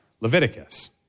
Leviticus